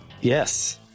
yes